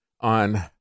on